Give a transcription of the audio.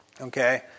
Okay